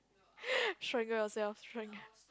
strangle yourself strangle